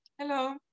Hello